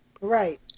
Right